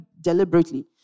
deliberately